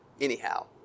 Anyhow